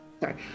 sorry